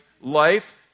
life